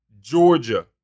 Georgia